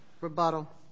Rebuttal